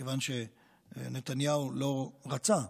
מכיוון שנתניהו לא רצה,